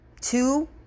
Two